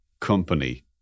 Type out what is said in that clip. company